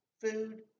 food